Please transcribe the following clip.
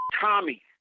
Tommy